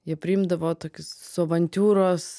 jie priimdavo tokius su avantiūros